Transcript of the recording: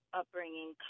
upbringing